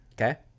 Okay